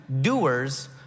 doers